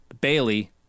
Bailey